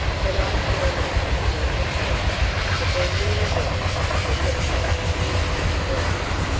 but i found out on that occasion that there really was a tender place in his heart for us.